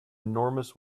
enormous